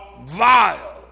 vile